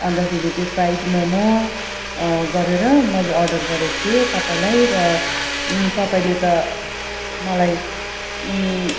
अन्तखेरि त्यो फ्राइड मोमो गरेर मैले अर्डर गरेको थिएँ तपाईँले र तपाईँले त मलाई